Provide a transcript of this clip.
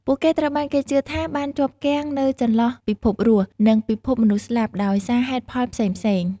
ពួកគេត្រូវបានគេជឿថាបានជាប់គាំងនៅចន្លោះពិភពរស់ និងពិភពមនុស្សស្លាប់ ដោយសារហេតុផលផ្សេងៗ។